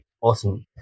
Awesome